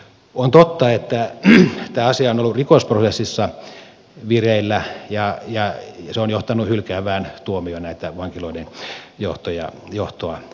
on totta että tämä asia on ollut rikosprosessissa vireillä ja se on johtanut hylkäävään tuomioon vankiloiden johtoa vastaan